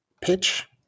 pitch